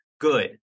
good